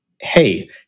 hey